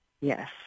Yes